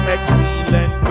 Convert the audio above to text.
Excellent